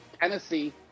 Tennessee